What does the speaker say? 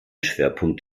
schwerpunkt